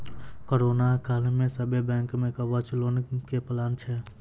corona काल मे सभ्भे बैंक मे कवच लोन के प्लान छै